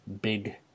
big